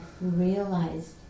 realized